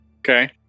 Okay